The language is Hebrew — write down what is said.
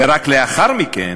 ורק לאחר מכן